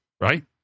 right